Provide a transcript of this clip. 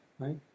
right